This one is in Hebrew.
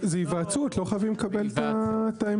זו היוועצות, לא חייבים לקבל את העמדה.